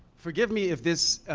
forgive me if this